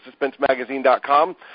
SuspenseMagazine.com